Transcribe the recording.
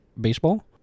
baseball